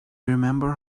remember